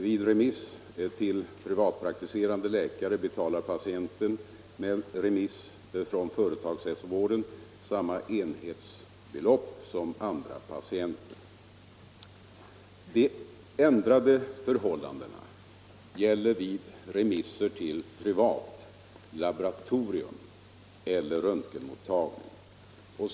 Vid remiss till privatpraktiserande läkare betalar patienter med remiss från företagshälsovården samma enhetsbelopp som andra patienter. De ändrade förhållandena gäller vid remisser till privat laboratorium eller röntgenmottagning.